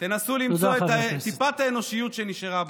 תנסו למצוא את טיפת האנושיות שנשארה בכם.